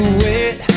wait